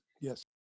yes